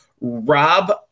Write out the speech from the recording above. Rob